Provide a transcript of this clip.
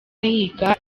ahiga